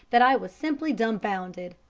that i was simply dumbfounded.